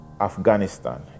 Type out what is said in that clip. Afghanistan